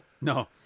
No